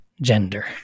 gender